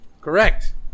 Correct